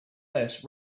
less